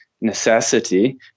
necessity